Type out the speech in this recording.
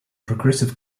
progressive